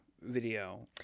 video